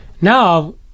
now